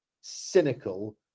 cynical